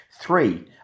Three